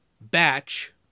batch